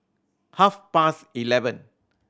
half past eleven